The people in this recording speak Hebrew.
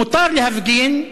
מותר להפגין,